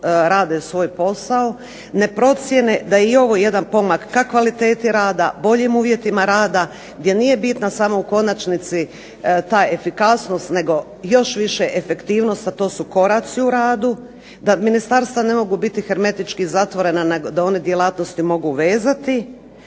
rade svoj posao, ne procijene da je i ovo jedan pomak ka kvaliteti rada, boljim uvjetima rada, gdje nije bitna samo u konačnici ta efikasnost, nego još više efektivnost, a to su koraci u radu, da ministarstva ne mogu biti hermetički zatvorena, nego da one djelatnosti mogu vezati